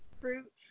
fruit